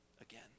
again